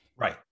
Right